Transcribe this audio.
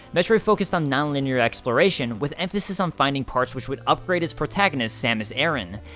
metroid focused on non-linear exploration, with emphasis on finding parts which would upgrade its protagonist, samus aran.